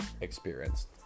experienced